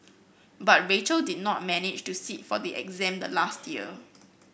but Rachel did not manage to sit for the exam the last year